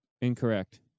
Incorrect